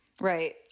Right